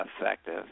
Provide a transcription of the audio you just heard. effective